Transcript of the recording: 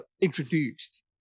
introduced